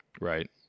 Right